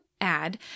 add